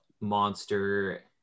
monster